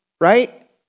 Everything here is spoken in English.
right